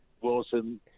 Wilson